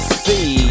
see